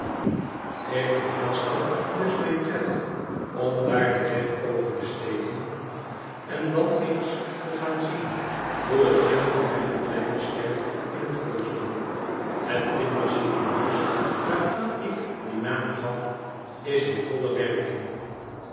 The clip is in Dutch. ik verhaastte dus mijn tred om daar den weg over te steken en dan eens te gaan zien hoe het ging met mijne kleine ster in het oosten het kinderziekenhuis waaraan ik dien naam gaf is in volle werking